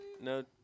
No